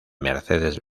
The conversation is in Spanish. mercedes